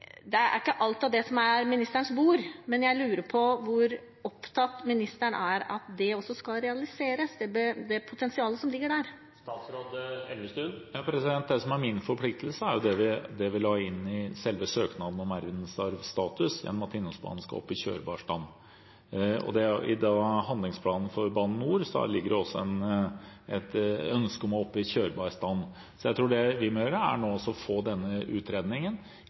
Det er ikke alt av det som er ministerens bord, men jeg lurer på hvor opptatt ministeren er av at det potensialet som ligger der, også skal realiseres. Det som er min forpliktelse, er det vi la inn i selve søknaden om verdensarvstatus – at Tinnosbanen skal tilbake i kjørbar stand. I handlingsplanen for Bane NOR ligger det også et ønske om å oppnå kjørbar stand. Jeg tror det vi nå må gjøre, er å få denne utredningen.